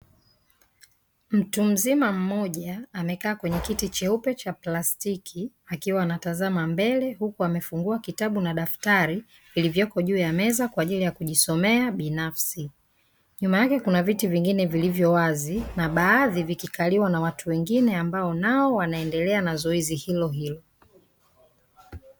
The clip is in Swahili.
Mtu mzima mmoja amekaa kwenye kiti cheupe cha plastiki akiwa anatazama mbele, huku anafungua kitabu na daftari vilivyoko juu ya meza kwa ajili ya kujisomea binafsi, nyuma yake kuna viti vingine vilivyo wazi na baadhi vikikaliwa na watu wengine ambao na wao wanaendelea na zoezi hilohilo.